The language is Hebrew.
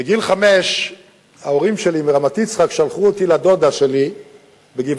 בגיל חמש ההורים שלי מרמת-יצחק שלחו אותי לדודה שלי בגבעת-השלושה.